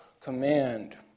command